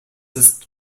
ist